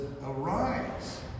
Arise